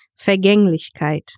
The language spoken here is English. Vergänglichkeit